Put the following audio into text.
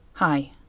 Hi